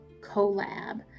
collab